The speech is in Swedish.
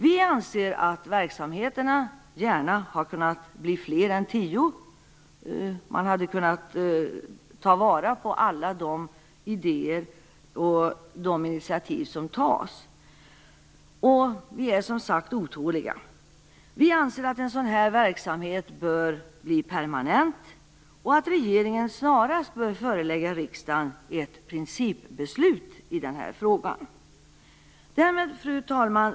Vi anser att verksamheterna gärna kunde ha blivit fler än tio. Man kunde ha tagit vara på alla de idéer som finns och initiativ som tas. Vi är otåliga, som sagt var. Vi anser att en sådan här verksamhet bör bli permanent och att regeringen snarast bör förelägga riksdagen ett principbeslut i frågan. Fru talman!